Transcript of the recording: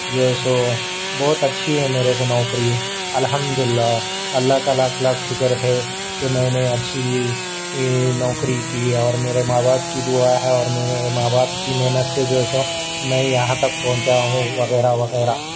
جو ہے سو بہت اچھی ہے میرے کو نوکری الحمدللہ اللہ کا لاکھ لاکھ شکر ہے کہ میں نے اچھی نوکری کی اور میرے ماں باپ کی دعا اور میرے باپ کی محنت سے جو ہے سو میں یہاں تک پہنچا ہوں وغیرہ وغیرہ